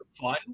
fun